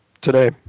today